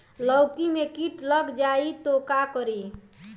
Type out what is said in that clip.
लौकी मे किट लग जाए तो का करी?